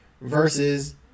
versus